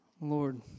Lord